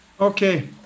Okay